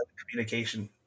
communication